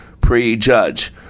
prejudge